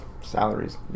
salaries